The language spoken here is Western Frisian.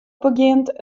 begjint